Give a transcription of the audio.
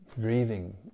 grieving